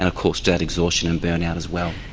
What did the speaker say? ah course to that exhaustion and burn-out as well.